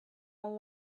and